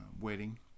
wedding